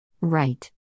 Right